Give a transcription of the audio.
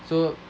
so